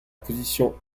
position